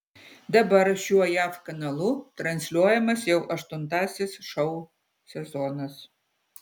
dabar šiuo jav kanalu transliuojamas jau aštuntasis šou sezonas